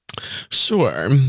Sure